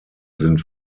sind